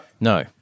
No